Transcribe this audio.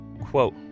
Quote